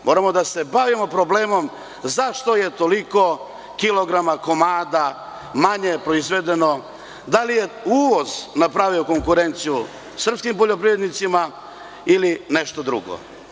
Moramo da se bavimo problemom zašto je toliko kilograma, komada manje proizvedeno, da li je uvoz napravio konkurenciju srpskim poljoprivrednicima ili nešto drugo.